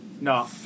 No